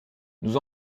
nous